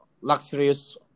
luxurious